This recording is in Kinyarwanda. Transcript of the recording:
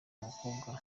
abakobwa